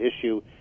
issue